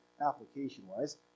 application-wise